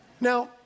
Now